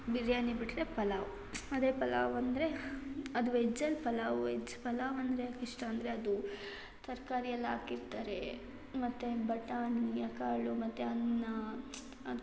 ಬಿರ್ಯಾನಿ ಬಿಟ್ಟರೆ ಪಲಾವ್ ಆದರೆ ಪಲಾವ್ ಅಂದರೆ ಅದು ವೆಜ್ಜಲ್ಲಿ ಪಲಾವ್ ವೆಜ್ ಪಲಾವ್ ಅಂದರೆ ಯಾಕಿಷ್ಟ ಅಂದರೆ ಅದು ತರಕಾರಿಯೆಲ್ಲ ಹಾಕಿರ್ತಾರೆ ಮತ್ತು ಬಟಾಣಿ ಆ ಕಾಳು ಮತ್ತು ಅನ್ನ ಅದು